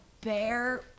bear